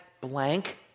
blank